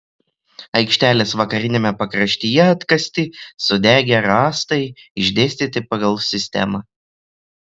aikštelės vakariniame pakraštyje atkasti sudegę rąstai išdėstyti pagal sistemą